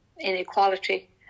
inequality